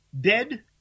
dead